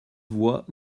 voix